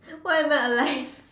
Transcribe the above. why am I alive